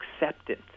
acceptance